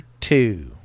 two